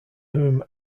whom